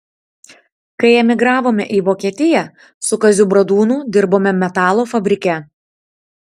kai emigravome į vokietiją su kaziu bradūnu dirbome metalo fabrike